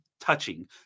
touching